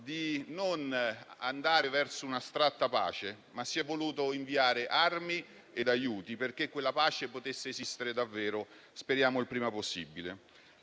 di non andare verso un'astratta pace, ma si sono voluti inviare armi e aiuti perché quella pace potesse esistere davvero, speriamo il prima possibile.